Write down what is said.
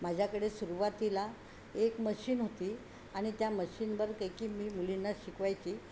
माझ्याकडे सुरुवातीला एक मशीन होती आणि त्या मशीनवर काय की मी मुलींना शिकवायची